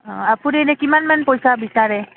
অঁ আপুনি এনেই কিমানমান পইচা বিচাৰে